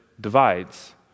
divides